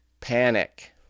panic